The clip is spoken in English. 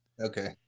Okay